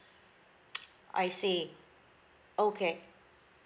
I see okay